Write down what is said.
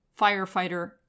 firefighter